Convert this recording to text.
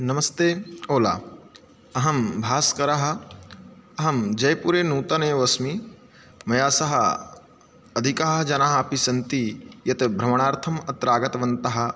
नमस्ते ओला अहं भास्करः अहं जैपुरे नूतनेवस्मि मया सह अधिकाः जनाः अपि सन्ति यत् भ्रमणार्थं अत्र आगतवन्तः